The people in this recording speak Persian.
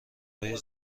های